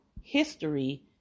history